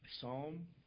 Psalm